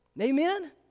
Amen